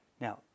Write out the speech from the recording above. Now